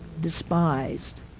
despised